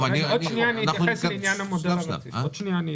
עוד רגע אתייחס לעניין המודל הרציף,